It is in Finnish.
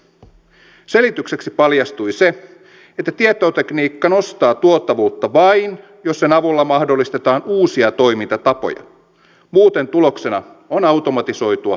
selitykseksi paljastui se että tietotekniikka nostaa tuottavuutta vain jos sen avulla mahdollistetaan uusia toimintatapoja muuten tuloksena on automatisoitua tehottomuutta